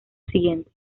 siguiente